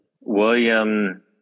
William